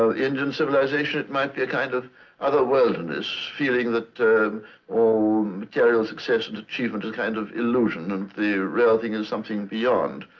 so indian civilization, it might be a kind of other-worldliness, feeling that all material success and achievement is kind of illusion, and the real thing is something beyond.